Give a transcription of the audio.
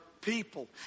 people